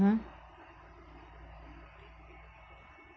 (uh huh)